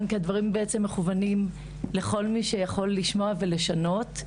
כי הדברים בעצם מכוונים לכל מי שיכול לשמוע ולשנות.